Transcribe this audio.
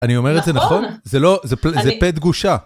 אני אומר את זה נכון? זה לא, זה פה דגושה.